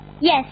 Yes